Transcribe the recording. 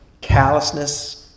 callousness